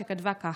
שכתבה כך: